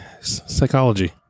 psychology